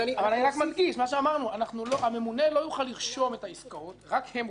מדגיש - הממונה לא יוכל לרשום את העסקאות רק הם רושמים.